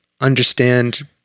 understand